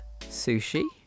Sushi